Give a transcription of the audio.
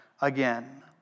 again